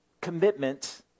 commitment